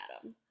Adam